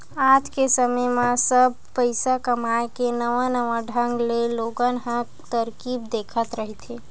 आज के समे म सब पइसा कमाए के नवा नवा ढंग ले लोगन ह तरकीब देखत रहिथे